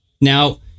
Now